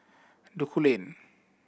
Duku Lane